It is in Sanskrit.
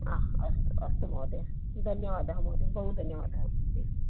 हा अस्तु अस्तु महोदय धन्यवादः महोदय बहु धन्यवादः